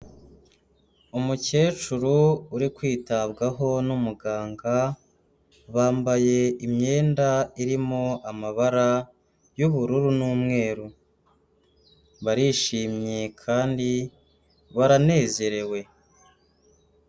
Umukecuru uri kwitabwaho n'umuganga, bambaye imyenda irimo amabara y'ubururu n'umweru, barishimye kandi baranezerewe.